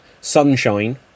sunshine